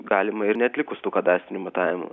galima ir neatlikus tų kadastrinių matavimų